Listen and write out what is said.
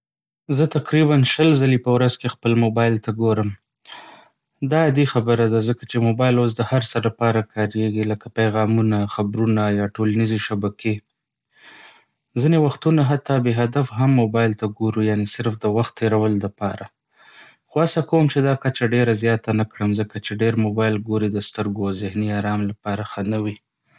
زه تقریباً شل ځلې په ورځ کې خپل موبایل ته ګورم. دا عادي خبره ده ځکه چې موبایل اوس د هر څه لپاره کارېږي، لکه پیغامونه، خبرونه، یا ټولنیزې شبکې. ځینې وختونه حتی بې هدفه هم موبایل ته ګورو، یعنې صرف د وخت تیرولو لپاره. خو هڅه کوم چې دا کچه ډېره زیاته نه کړم، ځکه چې ډېر موبایل ګوري د سترګو او ذهني آرام لپاره ښه نه وي.